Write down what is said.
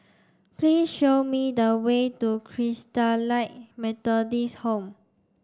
please show me the way to Christalite Methodist Home